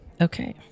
okay